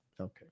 Okay